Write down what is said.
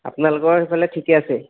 আপোনালোকৰ সেইফালে ঠিকে আছে